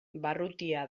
barrutia